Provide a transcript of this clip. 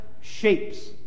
shapes